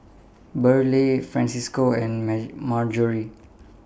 Burleigh Francisco and Marjorie